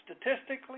Statistically